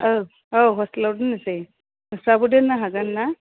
औ औ हस्टेलाव दोननोसै नोंस्राबो दोननो हागोनना